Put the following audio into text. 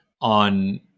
on